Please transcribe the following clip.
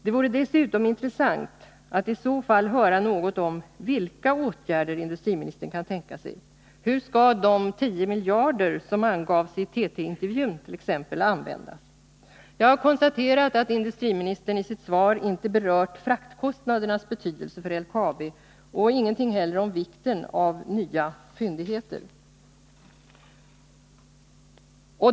Det vore dessutom intressant att i så fall höra något om vilka åtgärder industriministern kan tänka sig. Hur skallt.ex. de 10 miljarder som nämndes i TT-intervjun användas? Jag har konstaterat att industriministern i sitt svar inte berört fraktkostnadernas betydelse för LKAB och inte heller sagt någonting om vikten av nya fyndigheter.